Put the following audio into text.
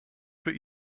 for